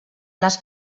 les